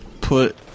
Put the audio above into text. put